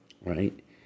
right